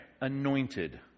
anointed